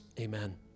amen